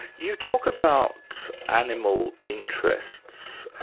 you talk about animal interests.